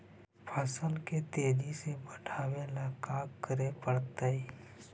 फसल के तेजी से बढ़ावेला का करे पड़तई?